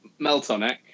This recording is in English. Meltonic